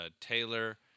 Taylor